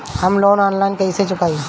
हम loan online कइसे चुकाई?